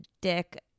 dick